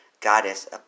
Goddess